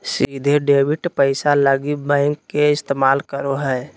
सीधे डेबिट पैसा लगी बैंक के इस्तमाल करो हइ